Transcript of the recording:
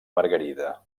margarida